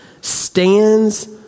stands